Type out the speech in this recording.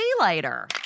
later